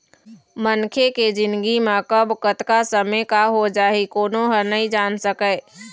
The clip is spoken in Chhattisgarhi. मनखे के जिनगी म कब, कतका समे का हो जाही कोनो ह नइ जान सकय